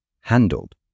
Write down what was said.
handled